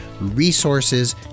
resources